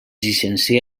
llicencià